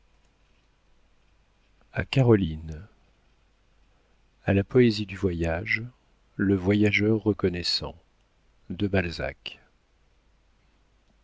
caroline a la poésie du voyage le voyageur reconnaissant de balzac